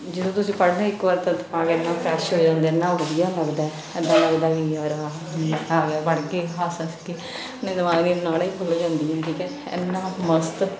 ਜਦੋਂ ਤੁਸੀਂ ਪੜ੍ਹਦੇ ਹੋ ਇੱਕ ਵਾਰ ਤਾਂ ਦਿਮਾਗ ਇੰਨਾ ਫਰੈਸ਼ ਹੋ ਜਾਂਦਾ ਇੰਨਾ ਵਧੀਆ ਲੱਗਦਾ ਇੱਦਾਂ ਲੱਗਦਾ ਵੀ ਯਾਰ ਆਹਾ ਨਸ਼ਾ ਆ ਗਿਆ ਪੜ੍ਹ ਕੇ ਹੱਸ ਹੱਸ ਕੇ ਆਪਣੇ ਦਿਮਾਗ ਦੀਆਂ ਨਾੜਾਂ ਹੀ ਖੁੱਲ੍ਹ ਜਾਂਦੀਆਂ ਠੀਕ ਹੈ ਇੰਨਾ ਮਸਤ